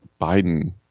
Biden